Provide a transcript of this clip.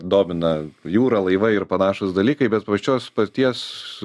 domina jūra laivai ir panašūs dalykai bet pačios paties